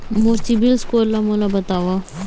मोर CIBIL score ला मोला बताव?